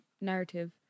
narrative